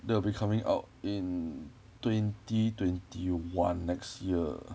that will be coming out in twenty twenty one next year